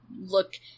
look –